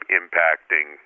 impacting